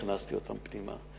הכנסתי אותם פנימה,